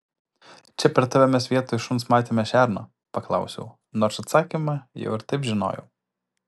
čia per tave mes vietoj šuns matėme šerną paklausiau nors atsakymą jau ir taip žinojau